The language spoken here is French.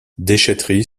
déchèterie